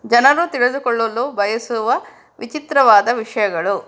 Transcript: ಜನರು ತಿಳಿದುಕೊಳ್ಳಲು ಬಯಸುವ ವಿಚಿತ್ರವಾದ ವಿಷಯಗಳು